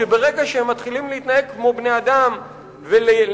שברגע שהם מתחילים להתנהג כמו בני-אדם ולהתיידד